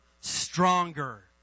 stronger